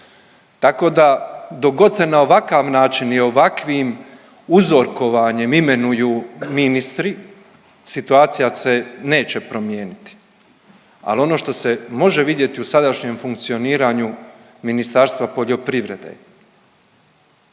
tako da dok god se na ovakav način i ovakvim uzorkovanjem imenuju ministri situacija se neće promijeniti, ali ono što se može vidjeti u sadašnjem funkcioniranju Ministarstva poljoprivrede u